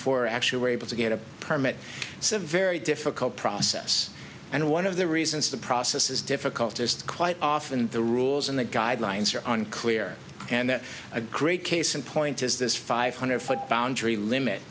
for actually were able to get a permit some very difficult process and one of the reasons the process is difficult is quite often the rules and the guidelines are on clear and that a great case in point is this five hundred foot boundary limit